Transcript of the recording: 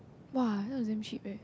!wah! that's damn cheap eh